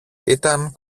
ήταν